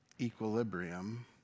equilibrium